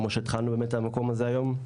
כמו שבאמת התחלנו את המקום הזה היום,